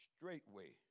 straightway